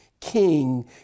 king